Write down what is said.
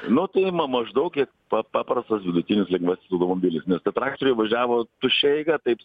nu tai ima maždaug kiek pa paprastas vidutinio lygmens automobilis nes tie traktoriai važiavo tuščia eiga taip